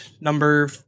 number